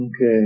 Okay